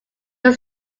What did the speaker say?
was